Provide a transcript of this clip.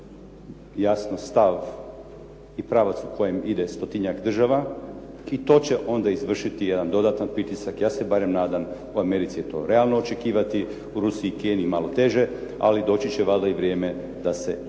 jasno stav i pravac u kojem ide stotinjak država i to će onda izvršiti jedan dodatan pritisak. Ja se barem nadam u Americi je to realno očekivati, u Rusiji, Keniji malo teže. Ali doći će valjda i vrijeme da se taj